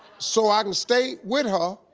so i can stay with her,